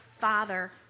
Father